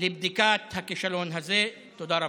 לבדיקת הכישלון הזה, תודה רבה.